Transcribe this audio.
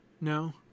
No